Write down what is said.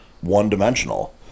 one-dimensional